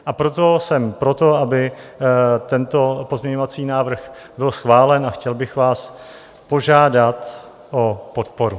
A proto jsem pro to, aby tento pozměňovací návrh byl schválen, a chtěl bych vás požádat o podporu.